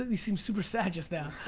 you seemed super sad just now.